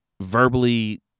verbally